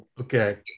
Okay